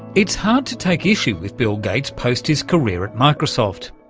it's hard to take issue with bill gates post his career at microsoft.